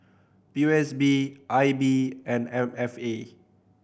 P O S B I B and M F A